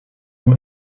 you